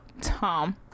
Tom